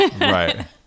Right